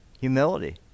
humility